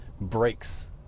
breaks